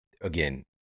again